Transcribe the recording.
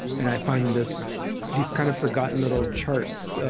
and i find this these kind of forgotten little charts,